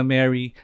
Mary